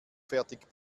fertig